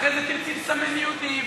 אחרי זה תרצי לסמן יהודים.